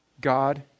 God